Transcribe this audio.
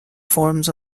forms